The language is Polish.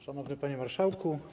Szanowny Panie Marszałku!